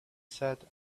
said